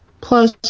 Plus